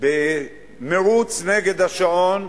במירוץ נגד השעון,